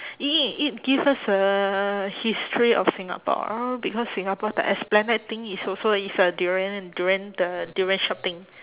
i~ i~ it gives us a history of singapore because singapore the esplanade thing is also is a durian durian the durian sharp thing